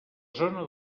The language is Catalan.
zona